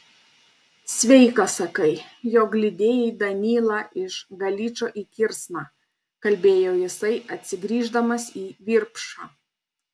sveikas sakai jog lydėjai danylą iš galičo į kirsną kalbėjo jisai atsigrįždamas į virpšą